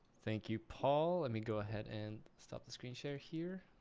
thank you, paul. and we go ahead and stop the screenshare here.